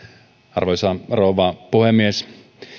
arvoisa rouva puhemies